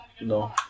No